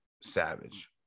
savage